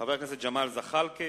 חבר הכנסת ג'מאל זחאלקה,